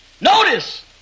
Notice